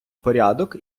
порядок